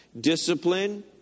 discipline